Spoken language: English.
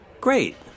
Great